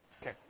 Okay